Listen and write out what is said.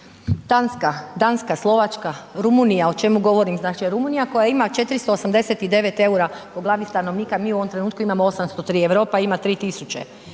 Danska, Slovačka, Rumunija, o čemu govorim, znači Rumunija koja ima 489 eura po glavi stanovnika, mi u ovom trenutku imamo 803, Europa ima 3000.